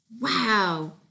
Wow